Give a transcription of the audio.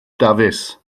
dafis